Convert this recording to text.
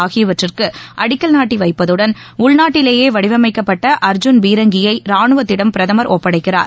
ஆகியவற்றுக்குஅடிக்கல் நாட்டவைப்பதுடன் உள்நாட்டிலேயேவடிவமைக்கப்பட்டஅர்ஜூன் பீரங்கியைராணுவத்திடம் பிரதமர் ஒப்படைக்கிறார்